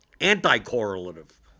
anti-correlative